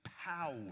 power